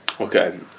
Okay